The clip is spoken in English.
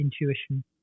intuition